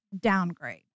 downgrade